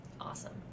Awesome